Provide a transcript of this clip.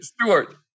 Stewart